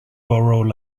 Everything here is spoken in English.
borough